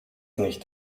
nicht